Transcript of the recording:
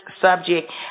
subject